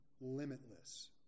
limitless